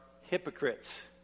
hypocrites